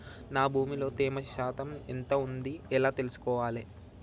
నా భూమి లో తేమ శాతం ఎంత ఉంది ఎలా తెలుసుకోవాలే?